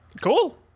Cool